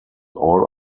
all